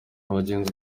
wagenze